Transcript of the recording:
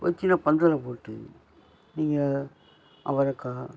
வச்சு நான் பந்தலில போட்டு நீங்கள் அவரக்காய்